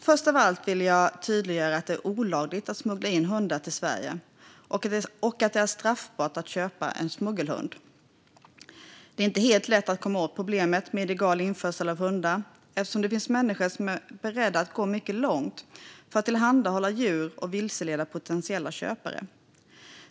Först av allt vill jag tydliggöra att det är olagligt att smuggla in hundar till Sverige och att det är straffbart att köpa en smuggelhund. Det är inte helt lätt att komma åt problemet med illegal införsel av hundar eftersom det finns människor som är beredda att gå mycket långt för att tillhandahålla djur och vilseleda potentiella köpare.